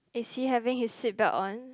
is he having his seat belt on